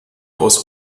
aus